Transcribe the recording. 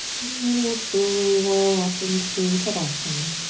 and then we'll slowly roll up into uttanasana,